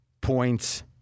points